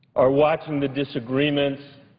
are watching the disagreements,